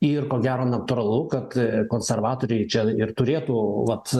ir ko gero natūralu kad konservatoriai čia ir turėtų vat